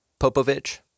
Popovich